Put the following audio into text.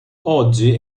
oggi